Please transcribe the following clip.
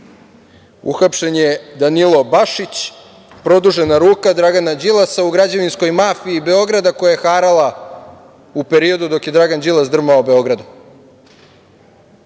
Uhapšen je Danilo Bašić, produžena ruka Dragana Đilasa u građevinskoj mafiji Beograda koja je harala u periodu dok je Dragan Đilas drmao Beogradom.